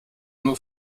nur